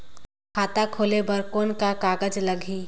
खाता खोले बर कौन का कागज लगही?